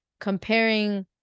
comparing